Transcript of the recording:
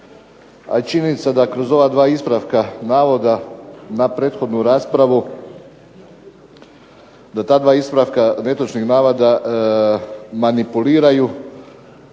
i činjenica da kroz ova dva ispravka navoda na prethodnu raspravu, da ta dva ispravka netočnih navoda manipuliraju.